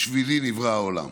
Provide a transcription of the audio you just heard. בשבילי נברא העולם".